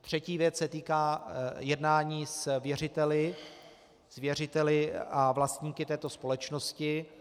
Třetí věc se týká jednání s věřiteli a vlastníky této společnosti.